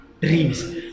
dreams